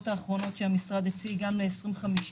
האחרונות שהמשרד הציג גם לקראת שנת 2050